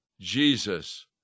Jesus